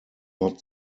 not